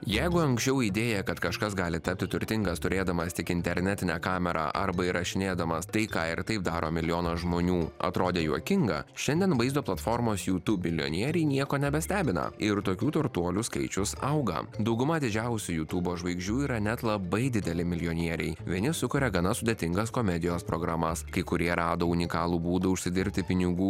jeigu anksčiau idėja kad kažkas gali tapti turtingas turėdamas tik internetinę kamerą arba įrašinėdamas tai ką ir taip daro milijonas žmonių atrodė juokinga šiandien vaizdo platformos youtube milijonieriai nieko nebestebina ir tokių turtuolių skaičius auga dauguma didžiausių jutubo žvaigždžių yra net labai dideli milijonieriai vieni sukuria gana sudėtingas komedijos programas kai kurie rado unikalų būdą užsidirbti pinigų